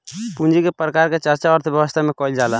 पूंजी के प्रकार के चर्चा अर्थव्यवस्था में कईल जाला